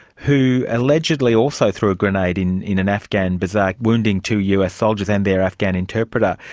who allegedly also threw a grenade in in an afghan bazaar wounding two us soldiers and their afghan interpreter.